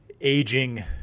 aging